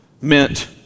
meant